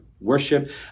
worship